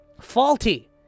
Faulty